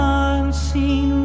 unseen